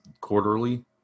quarterly